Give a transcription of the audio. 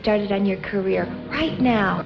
started on your career right now